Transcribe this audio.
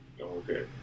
okay